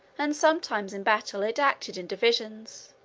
and sometimes in battle it acted in divisions.